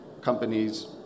companies